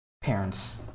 parents